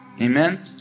Amen